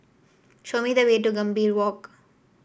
show me the way to Gambir Walk